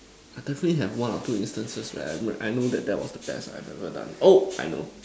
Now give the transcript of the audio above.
I definitely have one or two instances where I know that that was the best I've ever done oh I know